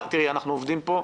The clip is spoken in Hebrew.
אנחנו עובדים פה,